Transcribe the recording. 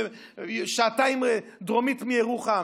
שעתיים דרומית מירוחם.